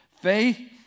Faith